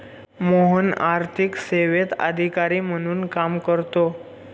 मोहन आर्थिक सेवेत अधिकारी म्हणून काम करतो